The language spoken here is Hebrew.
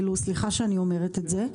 סליחה שאני אומרת את זה.